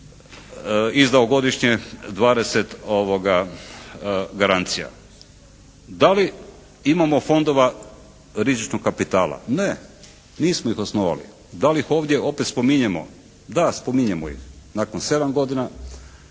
izdao godišnje 20 garancija. Da li imamo fondova rizičnog kapitala? Ne. Nismo ih osnovali. Da li ih ovdje opet spominjemo? Da spominjemo ih. Nakon sedam godina